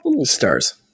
Stars